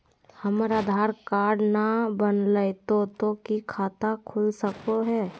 हमर आधार कार्ड न बनलै तो तो की खाता खुल सको है?